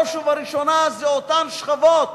בראש ובראשונה זה אותן שכבות